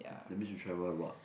that means you travel a lot